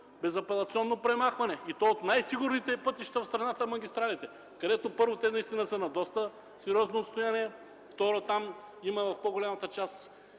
безапелационно премахване, и то от най-сигурните пътища в страната – магистралите, където, първо, те наистина са на доста сериозно отстояние. Второ, там в по-голямата част